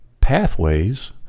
pathways